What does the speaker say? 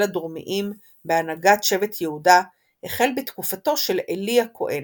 הדרומיים בהנהגת שבט יהודה החל בתקופתו של עלי הכהן.